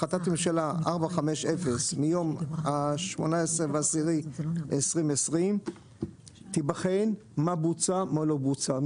החלטת ממשלה 450 מיום 18.10.2020 תיבחן מה בוצע מה לא בוצע.